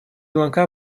ланка